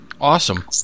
Awesome